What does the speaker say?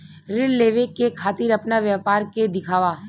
ऋण लेवे के खातिर अपना व्यापार के दिखावा?